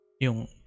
Yung